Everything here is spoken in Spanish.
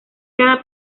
cada